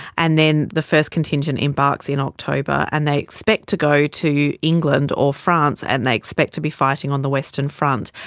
and then the first contingent embarks in october and they expect to go to england or france and they expect to be fighting on the western front.